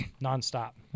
non-stop